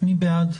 מי בעד?